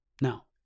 Now